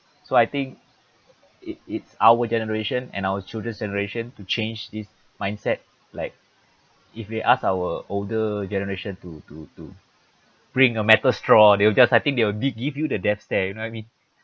so I think it it's our generation and our children's generation to change this mindset like if they ask our older generation to to to bring a metal straw they will just I think they will give you the death stare you know what I mean